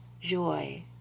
joy